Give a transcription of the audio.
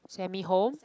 send me home